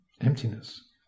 emptiness